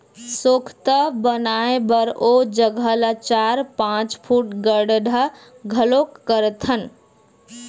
सोख्ता बनाए बर ओ जघा ल चार, पाँच फूट गड्ढ़ा घलोक करथन